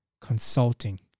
Consulting